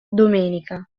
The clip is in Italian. domenica